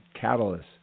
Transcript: catalyst